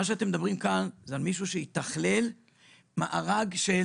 בחוק הזה אתם מדברים על מישהו שיתכלל מארג של